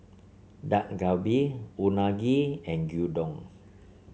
Dak Galbi Unagi and Gyudon